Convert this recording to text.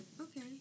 okay